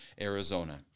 Arizona